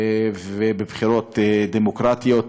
בבחירות דמוקרטיות.